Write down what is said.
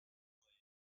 the